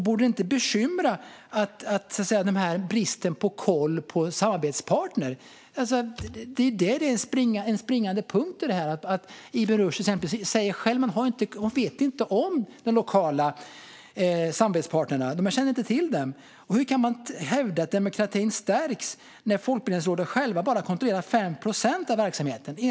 Borde inte bristen på koll på samarbetspartner bekymra? Det är en springande punkt i detta. Ibn Rushd säger själva att de inte känner till de lokala samarbetspartnerna. Hur kan man hävda att demokratin stärks när Folkbildningsrådet, enligt Ibn Rushds årsberättelse, bara kontrollerar 5 procent av verksamheten?